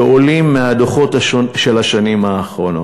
שעולים מהדוחות של השנים האחרונות.